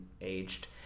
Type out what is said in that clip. aged